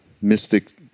mystic